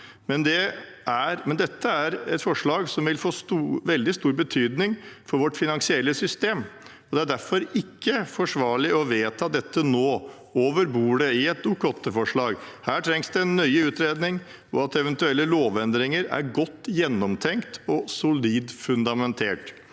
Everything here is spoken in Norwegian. dette er et forslag som vil få veldig stor betydning for vårt finansielle system, og det er derfor ikke forsvarlig å vedta dette nå over bordet i forbindelse med et Dokument 8-forslag. Her trengs det en nøye utredning og at eventuelle lovendringer er godt gjennomtenkt og solid fundamentert.